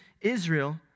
Israel